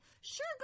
sure